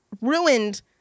ruined